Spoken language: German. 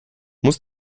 muss